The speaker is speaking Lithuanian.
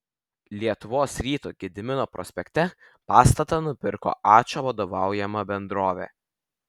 lietuvos ryto gedimino prospekte pastatą nusipirko ačo vadovaujama bendrovė